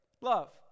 love